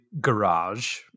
garage